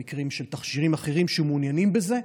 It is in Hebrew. במקרים של תכשירים אחרים שמעוניינים בהם.